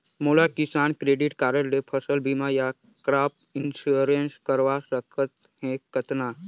मोला Kisan credit card ले फसल बीमा या क्रॉप इंश्योरेंस करवा सकथ हे कतना?